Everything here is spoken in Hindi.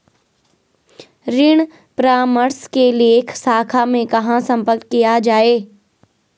ऋण परामर्श के लिए शाखा में कहाँ संपर्क किया जाए?